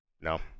No